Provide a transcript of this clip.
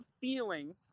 feeling